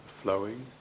flowing